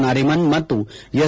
ನಾರಿಮನ್ ಮತ್ತು ಎಸ್